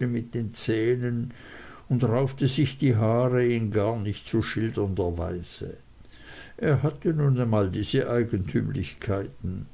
mit den zähnen und raufte sich die haare in gar nicht zu schildernder weise er hatte nun einmal diese eigentümlichkeiten